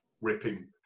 ripping